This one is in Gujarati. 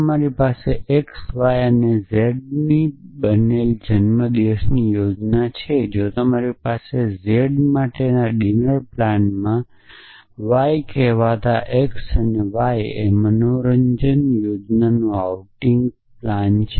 તમારી પાસે x y અને z ની બનેલી જન્મદિવસની યોજના છે તમારી પાસે z ડિનર પ્લાન y મનોરંજન યોજના અને x આઉટિંગ પ્લાન છે